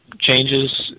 changes